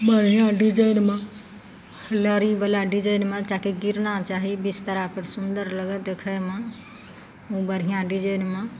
बढ़िआँ डिजाइनमे लड़ीवला डिजाइनमे ताकि गिरना चाही बिस्तरापर सुन्दर लगय देखयमे बढ़िआँ डिजाइनमे